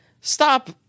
Stop